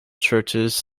churches